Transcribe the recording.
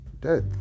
death